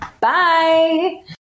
Bye